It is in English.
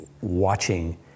watching